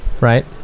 right